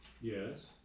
Yes